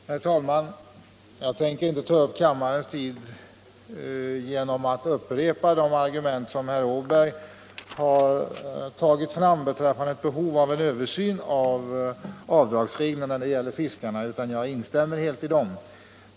Herr talman! Jag tänker inte ta upp kammarens tid med att upprepa de argument som herr Åberg har framfört beträffande behovet av en översyn av avdragsreglerna när det gäller fiskarna utan jag instämmer helt i dem.